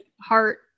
heart